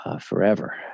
Forever